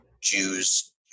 Jews